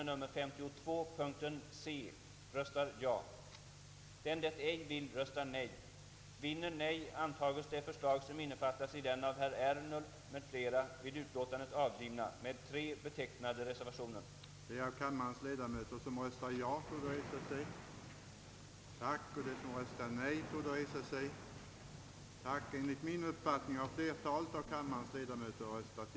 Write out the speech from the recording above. Vi kommer att få långa eftersläpningar hos barnavårdsnämnderna i fråga om utredningar i barnavårdsmannaärenden. Jag har en beklaglig erfarenhet av <barnavårdsnämndernas verksamhet i brottmål. Domstolarna kan få vänta i månader på yttranden beträffande unga lagöverträdare.